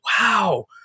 wow